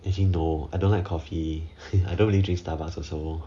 actually no I don't like coffee I don't really drink starbucks also